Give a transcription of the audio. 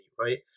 right